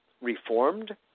reformed